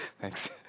Thanks